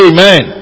Amen